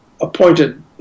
appointed